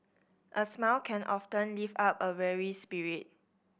a smile can often lift up a weary spirit